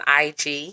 IG